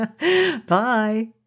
Bye